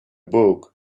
book